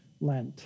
Lent